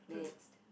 then